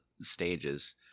stages